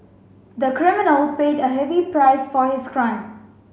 the criminal paid a heavy price for his crime